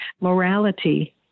morality